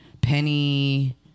Penny